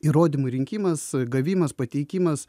įrodymų rinkimas gavimas pateikimas